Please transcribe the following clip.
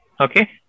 Okay